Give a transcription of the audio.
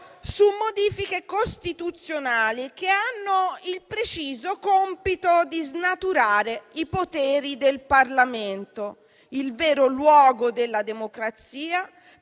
su modifiche costituzionali che hanno il preciso compito di snaturare i poteri del Parlamento, il vero luogo della democrazia